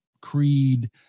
creed